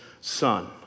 son